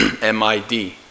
M-I-D